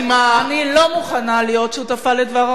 אני לא מוכנה להיות שותפה לדבר עבירה.